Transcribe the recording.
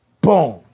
Boom